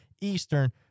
Eastern